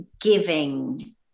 giving